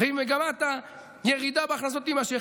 ואם מגמת הירידה בהכנסות תימשך,